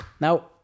Now